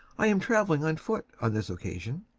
i am travelling on foot on this occasion.